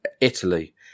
Italy